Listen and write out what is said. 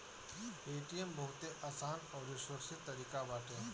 Paytm बहुते आसान अउरी सुरक्षित तरीका बाटे